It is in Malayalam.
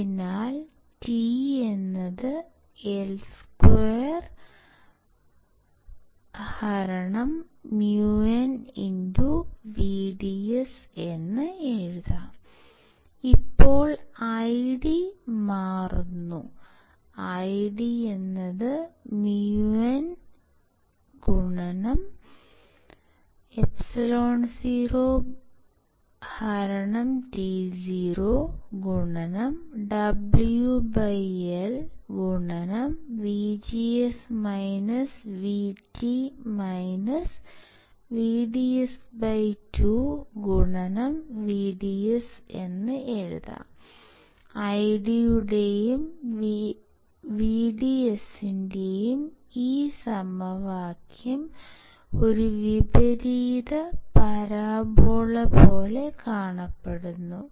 അതിനാൽ t L2µnVDS ഇപ്പോൾ ID മാറുന്നു IDµnεotoWLVGS VT VDS2VDS ID യുടെയും VDS ന്റെയും ഈ സമവാക്യം ഒരു വിപരീത പരാബോള പോലെ കാണപ്പെടുന്നു